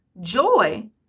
joy